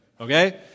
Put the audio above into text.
Okay